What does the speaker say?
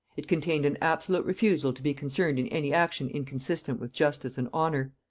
it contained an absolute refusal to be concerned in any action inconsistent with justice and honor.